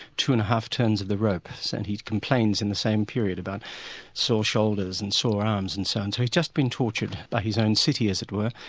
two and a half turns of the rope, so and he complains in the same period about sore shoulders and sore arms. and so and so he's just been tortured by his own city, as it were,